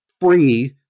free